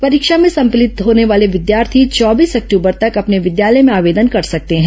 परीक्षा में सम्मिलित होने वाले विद्यार्थी चौबीस अक्टूबर तक अपने विद्यालय में आवेदन कर सकते हैं